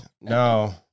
No